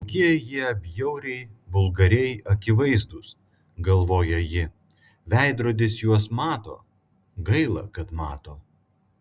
kokie jie bjauriai vulgariai akivaizdūs galvoja ji veidrodis juos mato gaila kad mato